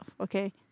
okay